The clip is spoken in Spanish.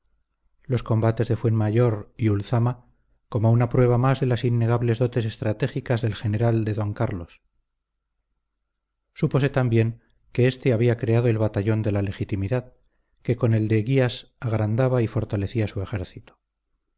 los combates de fuenmayor y ulzama como una prueba más de las innegables dotes estratégicas del general de d carlos súpose también que éste había creado el batallón de la legitimidad que con el de guías agrandaba y fortalecía su ejército